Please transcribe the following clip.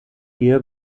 ehe